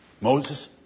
Moses